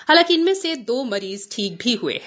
हालाकि इनमें से दो मरीज ठीक भी हए हैं